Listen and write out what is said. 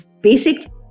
basic